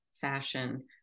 Fashion